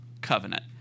covenant